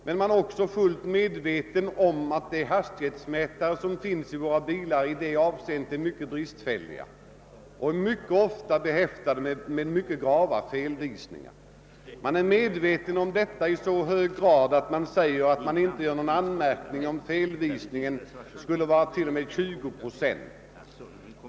Men vi vet också att hastighetsmätarna i våra bilar är bristfälliga och ofta ger grava felvisningar. Man är så medveten härom, att man inte räknar med någon anmärkning även om felvisningen skulle vara 20 procent.